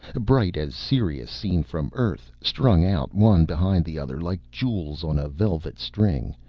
bright as sirius seen from earth, strung out one behind the other like jewels on a velvet string,